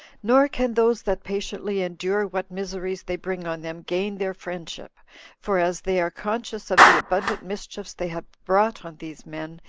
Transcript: nor can those that patiently endure what miseries they bring on them gain their friendship for as they are conscious of the abundant mischiefs they have brought on these men,